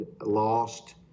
lost